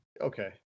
Okay